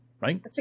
Right